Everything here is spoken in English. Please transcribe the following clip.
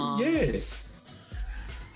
Yes